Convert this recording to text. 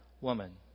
Woman